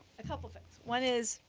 a couple things. one is